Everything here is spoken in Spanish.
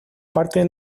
parte